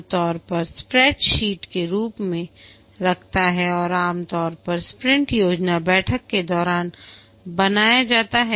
आमतौर पर स्प्रैडशीट के रूप में रखता है और आमतौर पर स्प्रिंट योजना बैठक के दौरान बनाया जाता है